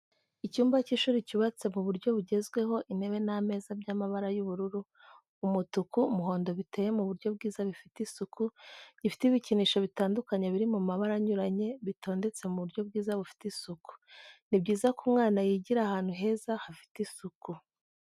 Icyumba cy'ishuri cyubatse mu buryo bugezweho intebe n'ameza by'amabara y'ubururu, umutuku, umuhondo, biteye mu buryo bwiza bifite isuku, gifite ibikinisho bitandukanye biri mabara anyuranye bitondetse mu buryo bwiza bufite isuku. ni byiza ko umwana yigira ahantu heza hafite isuku.